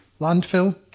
Landfill